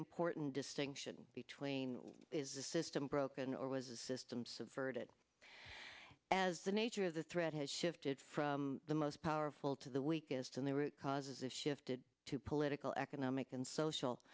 important distinction between what is the system broken or was a system subverted as the nature of the threat has shifted from the most powerful to the weakest and the root causes shifted to political economic and